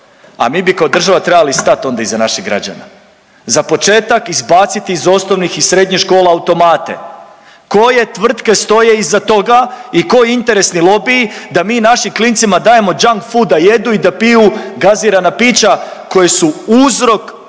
a mi bi kao država trebali stat onda iza naših građana. Za početak izbaciti iz osnovnih i srednjih škola automate, koje tvrtke stoje iza toga i koji interesni lobiji da mi našim klincima dajemo Junkfood da jedu i da piju gazirana pića koja su uzrok, ogroman